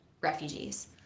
refugees